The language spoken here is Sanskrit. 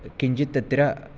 किञ्चित् तत्र